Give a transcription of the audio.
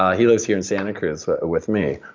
ah he lives here in santa cruz with me.